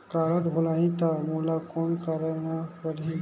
Card भुलाही ता मोला कौन करना परही?